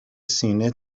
سینه